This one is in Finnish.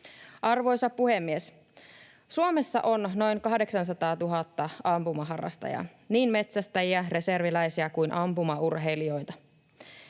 Arvoisa puhemies! Suomessa on noin 800 000 ampumaharrastajaa, niin metsästäjiä, reserviläisiä kuin ampumaurheilijoita.